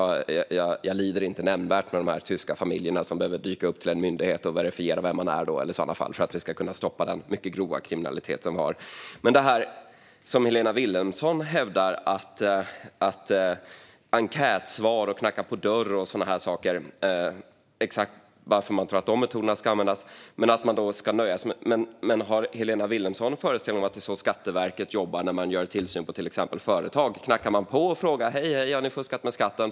Jag lider inte nämnvärt med de tyska familjer som behöver dyka upp hos en myndighet och verifiera vilka de är för att vi ska kunna stoppa den mycket grova kriminalitet som vi har. Helena Vilhelmsson talar om enkätsvar, knacka dörr och sådana saker, varför hon nu tror att exakt de metoderna skulle användas. Varför skulle man nöja sig med det? Har Helena Vilhelmsson en föreställning om att det är så Skatteverket jobbar när de gör tillsyn på till exempel företag - att de knackar på och frågar "hej, har ni fuskat med skatten?"